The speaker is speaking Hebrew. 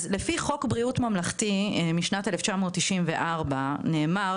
אז לפי חוק בריאות ממלכתי משנת 1994 נאמר